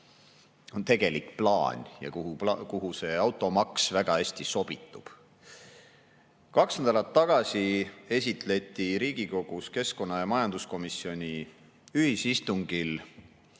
on tegelik plaan ja kuhu see automaks väga hästi sobitub. Kaks nädalat tagasi esitleti Riigikogus keskkonnakomisjoni ja majanduskomisjoni ühisistungil